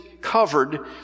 covered